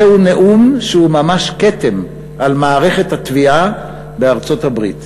זהו נאום שהוא ממש כתם על מערכת התביעה בארצות-הברית.